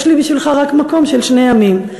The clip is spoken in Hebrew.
יש לי בשבילך רק מקום של שני ימים.